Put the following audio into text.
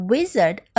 Wizard